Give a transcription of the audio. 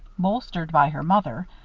bolstered by her mother,